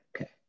Okay